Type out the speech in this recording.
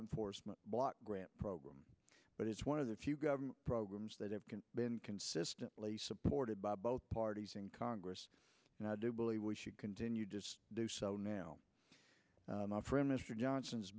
enforcement block grant program but it's one of the few government programs that have been consistently supported by both parties in congress and i do believe we should continue to do so now from mr johnson's